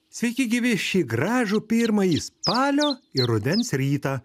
sveiki gyvi šį gražų pirmąjį spalio ir rudens rytą